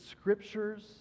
scriptures